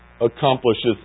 accomplishes